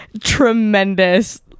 tremendous